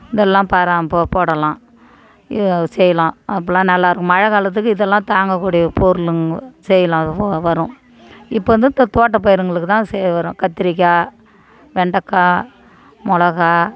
இதல்லாம் பராம் போடலாம் இது செய்யலாம் அப்போதுலாம் நல்லா இருக்கும் மழை காலத்துக்கு இதெல்லாம் தாங்கக்கூடிய பொருளுங்க செய்யலாம் வரும் இப்போ வந்து இந்த தோட்ட பயிருங்களுக்கு தான் செய்ய வரும் கத்திரிக்காய் வெண்டைக்கா மிளகா